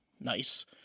Nice